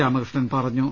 രാമകൃഷ്ണൻ പറഞ്ഞു